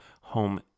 home